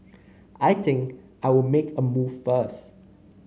I think I'll make a move first